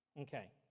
Okay